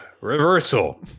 Reversal